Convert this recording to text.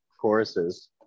choruses